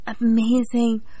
amazing